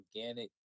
organic